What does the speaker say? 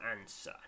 answer